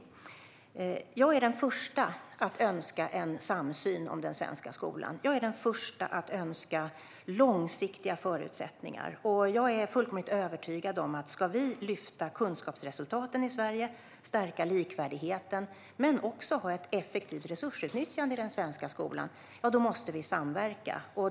Jag är den första att önska en samsyn om den svenska skolan. Jag är den första att önska långsiktiga förutsättningar. Om vi ska lyfta kunskapsresultaten i Sverige, stärka likvärdigheten och ha ett effektivt resursutnyttjande i den svenska skolan är jag övertygad om att vi måste samverka.